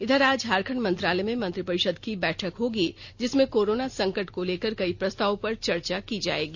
इधर आज झारखंड मंत्रालय में मंत्रिपरिषद की बैठक होगी जिसमें कोरोना संकट को लेकर कई प्रस्तावों पर चर्चा की जायेगी